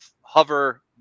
hover